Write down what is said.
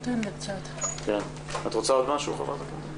את רוצה לומר עוד משהו ח"כ מלינובסקי?